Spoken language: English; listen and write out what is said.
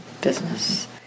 business